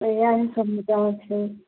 तऽ इएह सबमे हिनकर जान छनि